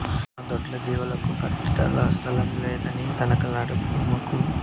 మా దొడ్లో జీవాలను కట్టప్పా స్థలం లేదని తనకలాడమాకు